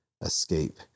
escape